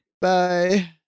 Bye